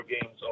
games